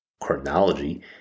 chronology